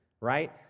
Right